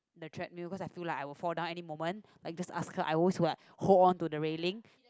the treadmill cause I feel like I will fall down any moment like just ask her I will always like hold on to the railings